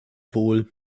wohl